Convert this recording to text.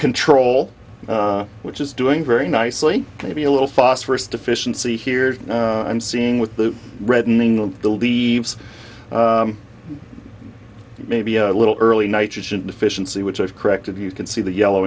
control which is doing very nicely maybe a little phosphorus deficiency here i'm seeing with the reddening of the leaves maybe a little early nitrogen deficiency which i've corrected you can see the yellow